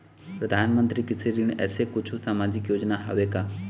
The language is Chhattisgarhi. परधानमंतरी कृषि ऋण ऐसे कुछू सामाजिक योजना हावे का?